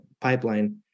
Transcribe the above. pipeline